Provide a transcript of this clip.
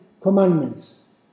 Commandments